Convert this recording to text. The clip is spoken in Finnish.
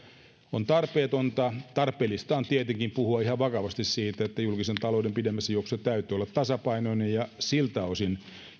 on tarpeetonta tarpeellista on tietenkin puhua ihan vakavasti siitä että julkisen talouden pidemmässä juoksussa täytyy olla tasapainoinen ja siltä osin